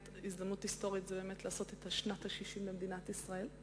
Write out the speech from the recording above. הזדמנות היסטורית אחת היא באמת לעשות את אירועי שנת ה-60 למדינת ישראל,